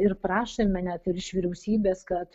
ir prašėme net ir iš vyriausybės kad